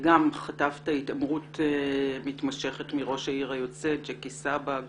חטפת התעמרות מתמשכת מראש העיר היוצא ג'קי סבג.